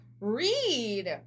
Read